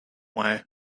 way